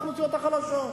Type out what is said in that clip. האוכלוסיות החלשות.